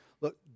look